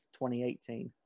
2018